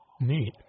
Neat